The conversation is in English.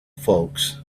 folks